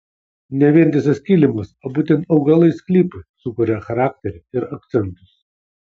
ne vientisas kilimas o būtent augalai sklypui sukuria charakterį ir akcentus